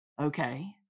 Okay